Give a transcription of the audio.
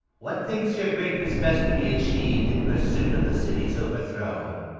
what thinks your greatness best to be achiev'd in pursuit of the city's overthrow?